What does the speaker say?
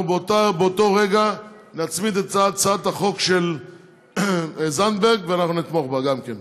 אנחנו באותו רגע נצמיד את הצעת החוק של זנדברג ואנחנו נתמוך בה גם כן.